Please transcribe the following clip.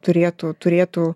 turėtų turėtų